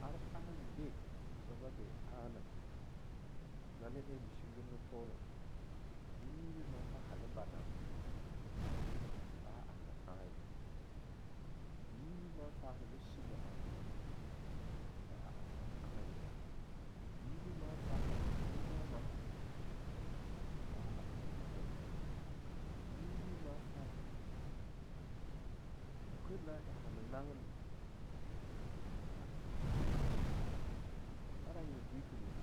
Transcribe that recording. Ar anibeh zwaba ben ana, nani na shingir na thona, yibi ma ta hana ban, ba'a amna anye, yibi m fa hana suna a ba'a amna anye, yibi m fa hana zi thethauna, ba'a amna anye, yibi na fa dukeh na'en hane nanginna, ba'a amna anye, ara yeo n dikeh duh,